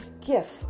gift